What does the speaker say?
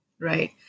right